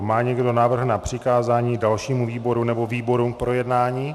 Má někdo návrh na přikázání dalšímu výboru nebo výborům k projednání?